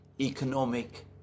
economic